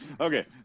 okay